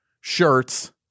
shirts